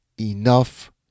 enough